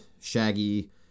Shaggy